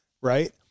Right